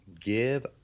give